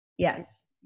Yes